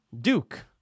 Duke